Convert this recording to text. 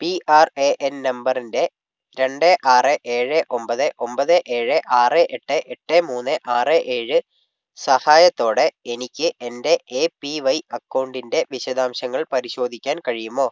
P R A N നമ്പറിന്റെ രണ്ട് ആറ് ഏഴ് ഒമ്പത് ഒമ്പത് ഏഴ് ആറ് എട്ട് എട്ട് മൂന്ന് ആറ് ഏഴ് സഹായത്തോടെ എനിക്ക് എൻ്റെ എ പി വൈ അക്കൗണ്ടിന്റെ വിശദാംശങ്ങൾ പരിശോധിക്കാൻ കഴിയുമോ